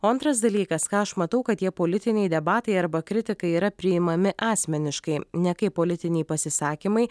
o antras dalykas ką aš matau kad tie politiniai debatai arba kritikai yra priimami asmeniškai ne kaip politiniai pasisakymai